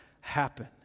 happen